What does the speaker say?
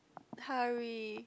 hurry